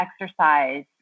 exercise